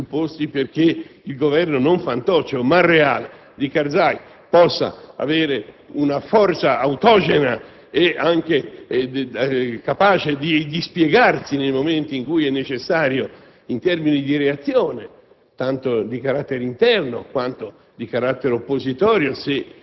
pure sono doverosi - di sostegno alla popolazione, di creazione dei presupposti affinché il Governo (non fantoccio, ma reale) di Karzai possa avere una forza autogena e capace di dispiegarsi, quando è necessario, in termini di reazione